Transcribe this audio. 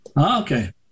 Okay